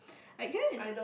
I guess